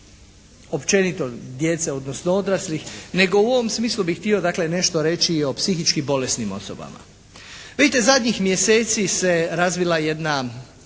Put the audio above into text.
općenito djece, odnosno odraslih, nego u ovom smislu bih htio dakle nešto reći i o psihički bolesnim osobama. Vidite zadnjih mjeseci se razvila jedna